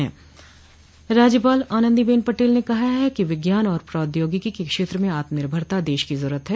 राज्यपाल आनन्दी बेन पटेल ने कहा है कि विज्ञान और प्रोद्यौगिकी के क्षेत्र में आत्मनिर्भरता देश की जरूरत है